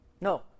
No